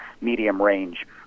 medium-range